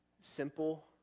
simple